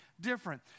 different